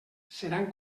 seran